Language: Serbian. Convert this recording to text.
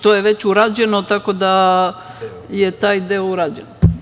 To je već urađeno, tako da je taj deo urađen.